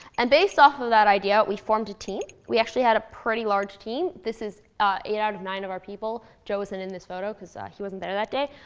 and based off of that idea, we formed a team. we actually had a pretty large team. this is eight out of nine of our people. joe wasn't in this photo, because ah he wasn't there that day.